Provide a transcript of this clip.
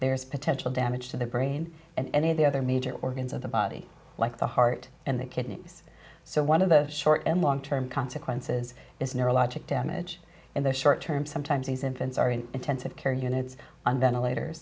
there is potential damage to the brain and any of the other major organs of the body like the heart and the kidneys so one of the short and long term consequences is neurologic damage in the short term sometimes these infants are in intensive care units on ventilator